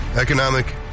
economic